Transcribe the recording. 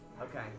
Okay